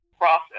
process